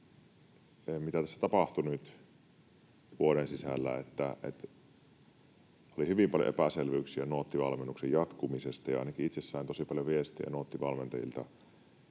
mitä tässä tapahtui nyt vuoden sisällä, että oli hyvin paljon epäselvyyksiä Nuotti-valmennuksen jatkumisesta, ja ainakin itse sain tosi paljon viestejä Nuotti-valmentajilta